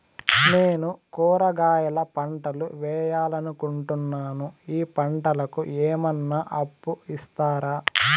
నేను కూరగాయల పంటలు వేయాలనుకుంటున్నాను, ఈ పంటలకు ఏమన్నా అప్పు ఇస్తారా?